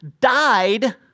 died